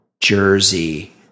Jersey